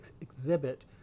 exhibit